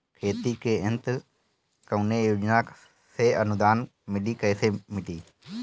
खेती के यंत्र कवने योजना से अनुदान मिली कैसे मिली?